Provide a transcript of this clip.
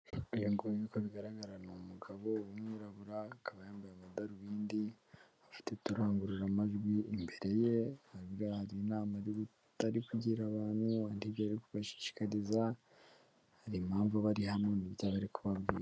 Ibi nkuko bigaragara ni umugabo w'umwirabura akaba yambaye amadarubindi afite turangurura amajwi imbere ye hari inamatari kugira abantud ibyo yo kubashishikariza hari impamvu bari hano ntibyaba bari kubabwira.